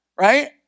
right